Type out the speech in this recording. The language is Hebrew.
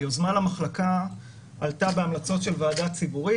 היוזמה למחלקה עלתה בהמלצות של ועדה ציבורית,